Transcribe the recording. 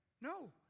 No